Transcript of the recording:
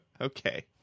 okay